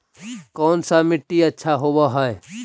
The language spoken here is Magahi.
कोन सा मिट्टी अच्छा होबहय?